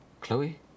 Chloe